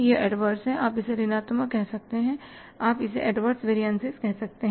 यह एडवरस है आप इसे ऋणात्मक कह सकते हैं आप इसे एडवरस वेरियनसिस कह सकते हैं